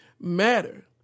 matter